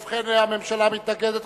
ובכן, הממשלה מתנגדת.